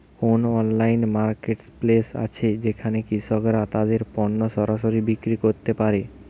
কোন online marketplace আছে যেখানে কৃষকরা তাদের পণ্য সরাসরি বিক্রি করতে পারে?